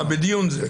זה.